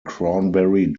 cranberry